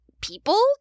people